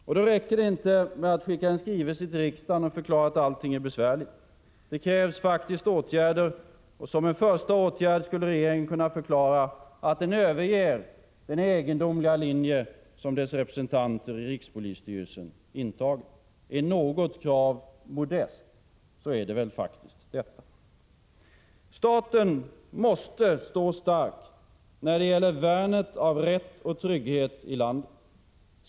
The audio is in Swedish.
Och det räcker inte med att skicka en skrivelse till riksdagen och förklara att allting är besvärligt. Det krävs faktiskt åtgärder. Som en första åtgärd skulle regeringen kunna förklara att den överger den egendomliga linje som dess representanter i rikspolisstyrelsen intar. Är något krav modest, så är det väl detta. Staten måste stå stark när det gäller värnet av rätt och trygghet i landet.